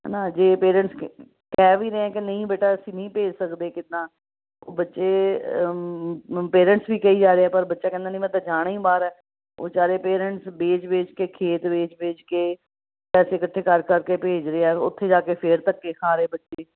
ਹੈ ਨਾ ਜੇ ਪੇਰੈਂਟਸ ਕਹਿ ਵੀ ਰਹੇ ਕਿ ਨਹੀਂ ਬੇਟਾ ਅਸੀਂ ਨਹੀਂ ਭੇਜ ਸਕਦੇ ਕਿੱਦਾਂ ਉਹ ਬੱਚੇ ਮ ਪੇਰੈਂਟਸ ਵੀ ਕਹੀ ਜਾ ਰਹੇ ਆ ਪਰ ਬੱਚਾ ਕਹਿੰਦਾ ਨਹੀਂ ਮੈਂ ਤਾਂ ਜਾਣਾ ਹੀ ਬਾਹਰ ਹੈ ਬਿਚਾਰੇ ਪੇਰੈਂਟਸ ਵੇਚ ਵੇਚ ਕੇ ਖੇਤ ਵੇਚ ਵੇਚ ਕੇ ਪੈਸੇ ਇਕੱਠੇ ਕਰ ਕਰ ਕੇ ਭੇਜ ਰਿਹਾ ਉੱਥੇ ਜਾ ਕੇ ਫਿਰ ਧੱਕੇ ਖਾ ਰਹੇ ਬੱਚੇ